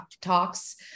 talks